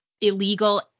illegal